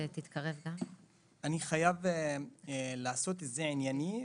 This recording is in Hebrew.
אני חייב לעשות את זה ענייני,